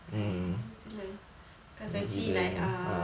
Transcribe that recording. cause I see like err